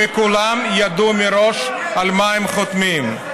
וכולם ידעו מראש על מה הם חותמים.